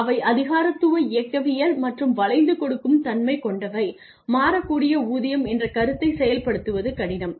அவை அதிகாரத்துவ இயக்கவியல் மற்றும் வளைந்து கொடுக்கும் தன்மை கொண்டவை மாறக்கூடிய ஊதியம் என்ற கருத்தைச் செயல்படுத்துவது கடினம்